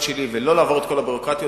שלי ולא לעבור את כל הביורוקרטיות,